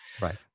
Right